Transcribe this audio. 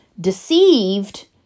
Deceived